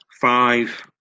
five